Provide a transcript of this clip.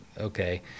Okay